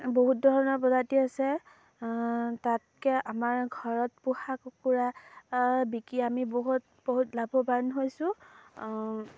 বহুত ধৰণৰ প্ৰজাতি আছে তাতকৈ আমাৰ ঘৰত পোহা কুকুৰা বিকি আমি বহুত বহুত লাভৱান হৈছোঁ